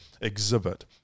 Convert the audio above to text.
exhibit